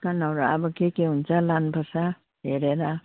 चिकनहरू के के हुन्छ लानुपर्छ हेरेर